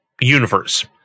universe